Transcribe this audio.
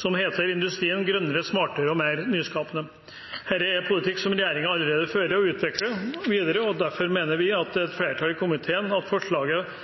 som heter Industrien – grønnere, smartere og mer nyskapende. Dette er politikk som regjeringen allerede fører og utvikler videre, og derfor mener et flertall i komiteen at forslaget